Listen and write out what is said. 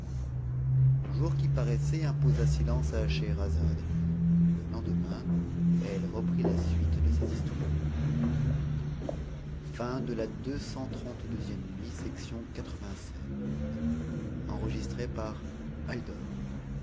le jour qui paraissait imposa silence à scheherazade le lendemain chc reprit la suite de son histoire